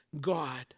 God